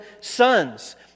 sons